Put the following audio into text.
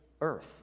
earth